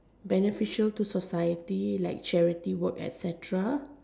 beneficial to society like charity work etcetera